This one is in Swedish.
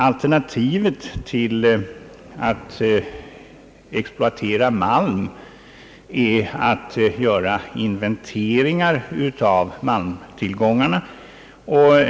Alternativet till att exploatera malm är att göra inventeringar av malmtillgångarna.